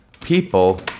people